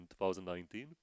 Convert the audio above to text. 2019